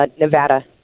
Nevada